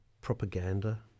propaganda